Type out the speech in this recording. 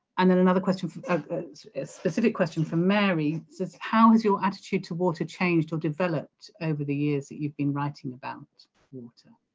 and then another question for a specific question from mary says how has your attitude to water changed or developed over the years that you've been writing about water